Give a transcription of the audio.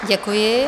Děkuji.